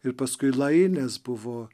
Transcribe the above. ir paskui laines buvo